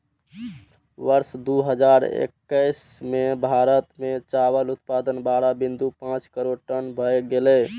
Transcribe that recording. वर्ष दू हजार एक्कैस मे भारत मे चावल उत्पादन बारह बिंदु पांच करोड़ टन भए गेलै